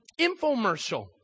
infomercial